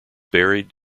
buried